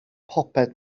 bopeth